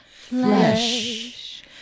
Flesh